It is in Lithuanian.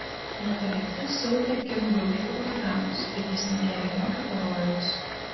netoliese siautė kirmgraužų uraganas bet jis nekėlė jokio pavojaus